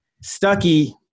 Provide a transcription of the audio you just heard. Stucky